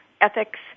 ethics